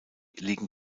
liegen